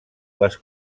les